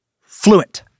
fluent